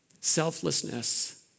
Selflessness